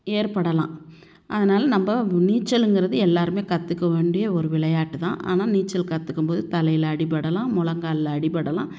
ஏற்படலாம் அதனால் நம்ப நீச்சலுங்கிறது எல்லோருமே கற்றுக்க வேண்டிய ஒரு விளையாட்டு தான் ஆனால் நீச்சல் கற்றுக்கும் போது தலையில் அடிபடலாம் மொழங்கால்ல அடிபடலாம்